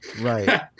Right